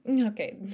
okay